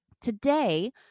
Today